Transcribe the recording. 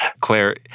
Claire